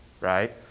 right